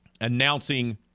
Announcing